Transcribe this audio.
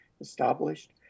established